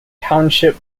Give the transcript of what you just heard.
township